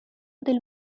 del